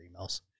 emails